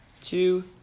Two